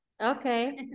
Okay